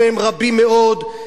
והם רבים מאוד,